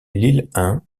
lille